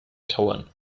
kauen